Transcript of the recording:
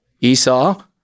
Esau